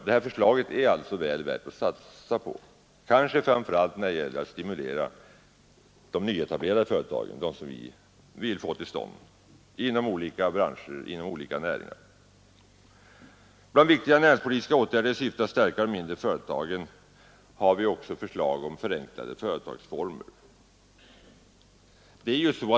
Detta förslag är alltså väl värt att satsa på, kanske framför allt när det gäller att stimulera nyetablerade företag, sådana som vi vill få till stånd inom olika branscher och näringar. Till de viktiga näringspolitiska åtgärder som kan sättas in i syfte att stärka de mindre och medelstora företagen hör införande av förenklade företagsformer.